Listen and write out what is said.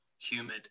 humid